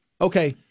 Okay